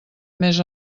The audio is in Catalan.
més